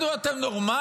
תגידו, אתם נורמליים?